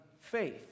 faith